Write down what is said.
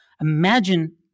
Imagine